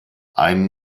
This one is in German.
einen